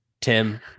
Tim